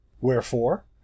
Wherefore